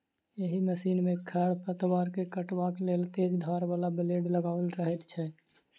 एहि मशीन मे खढ़ पतवार के काटबाक लेल तेज धार बला ब्लेड लगाओल रहैत छै